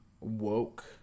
woke